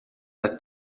dai